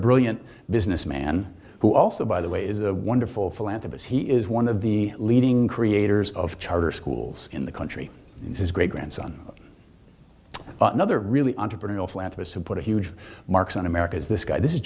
brilliant businessman who also by the way is a wonderful philanthropist he is one of the leading creators of charter schools in the country this is great grandson another really entrepreneur philanthropist who put huge marks on america is this guy this is